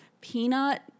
peanut